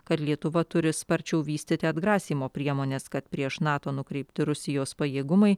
kad lietuva turi sparčiau vystyti atgrasymo priemones kad prieš nato nukreipti rusijos pajėgumai